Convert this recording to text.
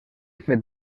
fet